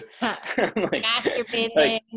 Masturbating